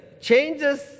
changes